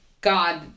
God